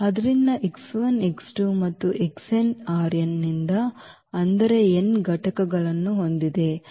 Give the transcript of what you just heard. ಆದ್ದರಿಂದ ಮತ್ತು ನಿಂದ ಅಂದರೆ n ಘಟಕಗಳನ್ನು ಹೊಂದಿದೆ ಆದ್ದರಿಂದ